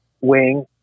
wing